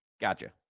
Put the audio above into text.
Gotcha